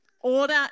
Order